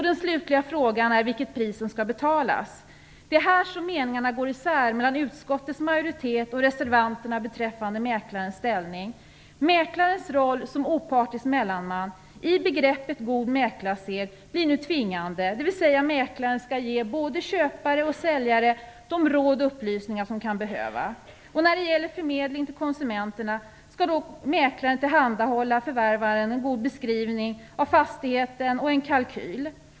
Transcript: Den slutliga frågan gäller vilket pris som skall betalas. Det är här som meningarna går isär mellan utskottets majoritet och reservanterna beträffande mäklarens ställning. Mäklarens roll som opartisk mellanman i begreppet god mäklarsed blir nu tvingande, dvs. att mäklaren skall ge både köpare och säljare de råd och upplysningar som de kan behöva. När det gäller förmedling till konsumenterna skall mäklaren tillhandahålla förvärvaren en god beskrivning av fastigheten och en kalkyl.